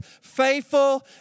faithful